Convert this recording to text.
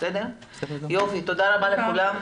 תודה רבה לכולם.